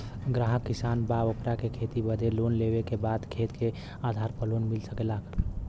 ग्राहक किसान बा ओकरा के खेती बदे लोन लेवे के बा खेत के आधार पर लोन मिल सके ला?